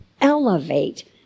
elevate